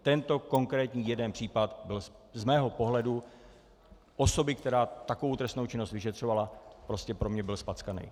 Tento konkrétní jeden případ byl z mého pohledu osoby, která takovou trestnou činnost vyšetřovala, prostě pro mě byl zpackaný.